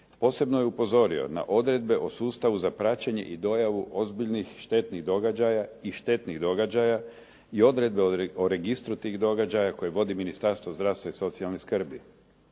Posebno je upozorio na odredbe o sustavu za praćenje i dojavu ozbiljnih štetnih događaja i štetnih događaja, i odredbe o registru tih događaja koje vodi Ministarstvo zdravstva i socijalne skrbi.